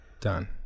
done